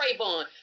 Trayvon